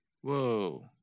Whoa